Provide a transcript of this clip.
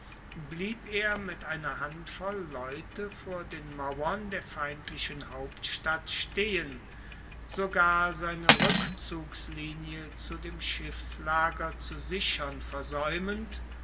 blieb er mit einer handvoll leute vor den mauern der feindlichen hauptstadt stehen sogar seine rueckzugslinie zu dem schiffslager zu sichern versaeumend